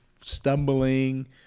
stumbling